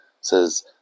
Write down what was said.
says